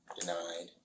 Denied